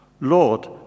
Lord